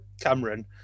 Cameron